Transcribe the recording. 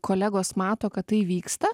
kolegos mato kad tai vyksta